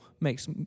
makes